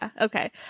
okay